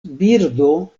birdo